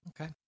Okay